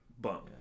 bump